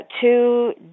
two